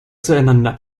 zueinander